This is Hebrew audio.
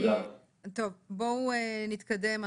טוב, בואו נתקדם.